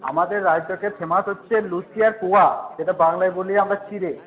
আমাদের রায়চকের ফেমাস হচ্ছে লুচি আর পোহা যেটা বাংলায় বলি আমরা চিঁড়ে